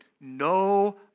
no